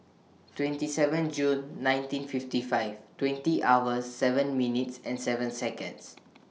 twenty seven June nineteen fifty five twenty hours seven minutes and seven Seconds